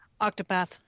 Octopath